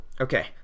Okay